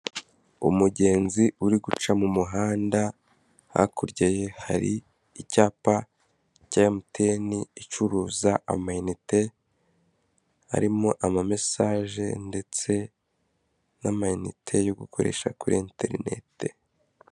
Umugenzi uri guca mu muhanda, hakurya ye, hari icyapa cya mtn icuruza ama inete, harimo ama mesaje ndetse n'ama inite yo gukoresha kuri Enterineti.